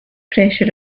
pressure